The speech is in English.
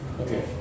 okay